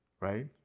Right